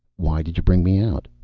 why did you bring me out?